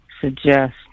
suggest